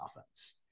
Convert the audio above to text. offense